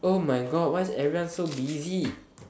oh my god why is everyone so busy